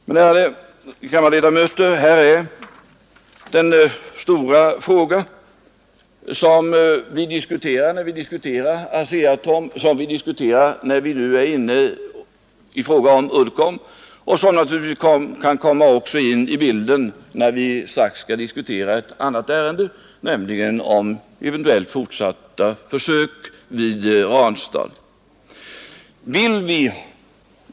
Ärade kammarledamöter, detta är den stora fråga som vi diskuterade när det gällde ASEA-Atom och som vi diskuterar när vi nu är inne på frågan om Uddcomb och som naturligtvis också kan komma in i bilden när vi strax skall behandla ett annat ärende, nämligen eventuellt fortsatta försök vid Ranstad.